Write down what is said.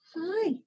Hi